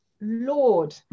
Lord